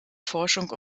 forschung